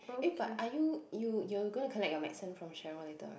eh but are you you're gonna collect your medicine from Cheryl later [right]